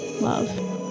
love